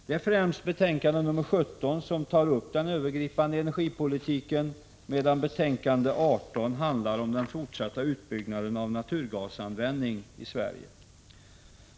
Det är endast betänkande 17 som tar upp den övergripande energipolitiken, medan betänkande 18 handlar om den fortsatta utbyggnaden av naturgasanvändning i Sverige.